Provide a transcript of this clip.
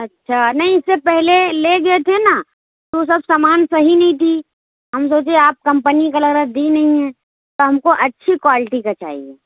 اچھا نہیں اس سے پہلے لے گئے تھے نا تو سب سامان صحیح نہیں تھی ہم سوچے آپ کمپنی کا لگ رہا ہے دی نہیں ہیں تو ہم کو اچھی کوالٹی کا چاہیے